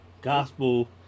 gospel